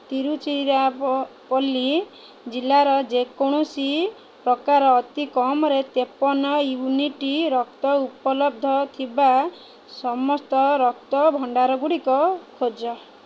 ତିରୁଚିରାପଲ୍ଲୀ ଜିଲ୍ଲାରେ ଯେ କୌଣସି ପ୍ରକାରର ଅତିକମ୍ରେ ତେପନ ୟୁନିଟ୍ ରକ୍ତ ଉପଲବ୍ଧ ଥିବା ସମସ୍ତ ରକ୍ତ ଭଣ୍ଡାରଗୁଡ଼ିକ ଖୋଜ